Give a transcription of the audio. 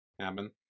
happen